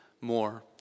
more